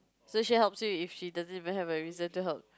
Shu-Xuan helps you if she doesn't even have a reason to help